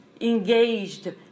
engaged